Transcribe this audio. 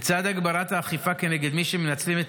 לצד הגברת האכיפה כנגד מי שמנצלים את